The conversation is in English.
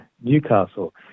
Newcastle